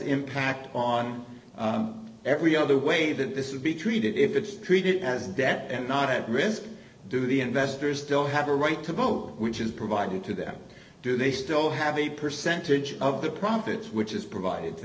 impact on every other way that this would be treated if it's treated as a debt and not at risk do the investors still have a right to vote which is provided to them do they still have a percentage of the profits which is provided to